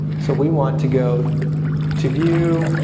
so we want to go to view,